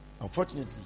Unfortunately